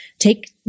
take